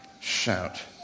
Shout